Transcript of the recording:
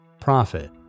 profit